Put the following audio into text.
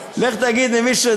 לך תגיד למישהו,